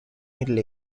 middle